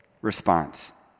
response